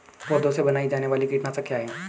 पौधों से बनाई जाने वाली कीटनाशक क्या है?